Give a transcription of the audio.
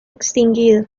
extinguido